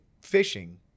fishing